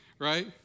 Right